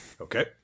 Okay